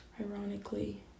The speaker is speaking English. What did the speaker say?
ironically